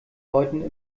läuten